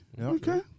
okay